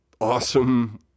awesome